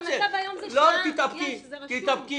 המצב היום זה שעה, זה רשום.